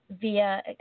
via